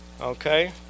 Okay